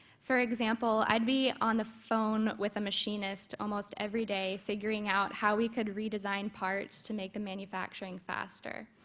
for example, i'd be on the phone with a machinist almost every day figuring out how we could redesign parts to make the manufacturing faster.